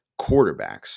quarterbacks